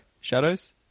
Shadows